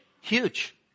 huge